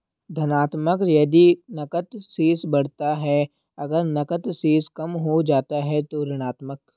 धनात्मक यदि नकद शेष बढ़ता है, अगर नकद शेष कम हो जाता है तो ऋणात्मक